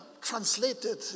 translated